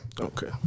Okay